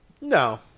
No